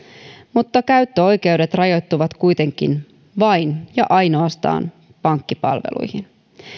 mutta käyttöoikeudet rajoittuvat kuitenkin vain ja ainoastaan pankkipalveluihin